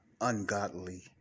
ungodly